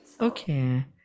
Okay